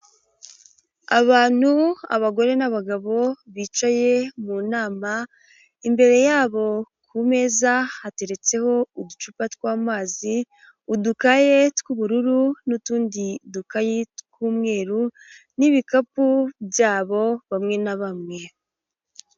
Abantu, abagore n'abagabo bicaye mu nama. Imbere yabo ku meza hateretseho uducupa tw'amazi, udukaye tw'ubururu n'utundi dukayi tw'umweru. Ni ibikapu byabo bamwe na bamwe.